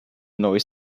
noise